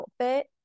outfit